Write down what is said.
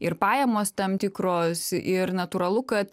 ir pajamos tam tikros ir natūralu kad